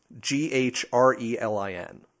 G-H-R-E-L-I-N